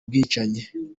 bwicanyi